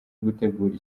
gutegura